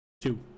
two